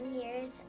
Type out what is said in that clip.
years